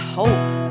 hope